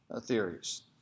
theories